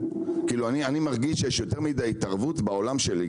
אני מרגיש שיש יותר מידי התערבות בעולם שלי,